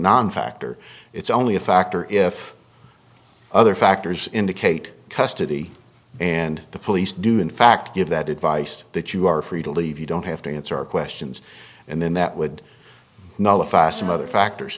non factor it's only a factor if other factors indicate custody and the police do in fact give that advice that you are free to leave you don't have to answer questions and then that would nullify some other factors